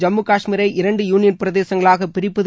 ஜம்மு கஷ்மீரை இரண்டு யூனியன் பிரதேசங்களாக பிரிப்பது